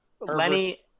Lenny